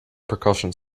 percussion